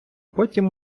потім